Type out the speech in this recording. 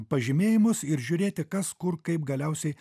pažymėjimus ir žiūrėti kas kur kaip galiausiai